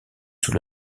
sous